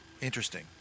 interesting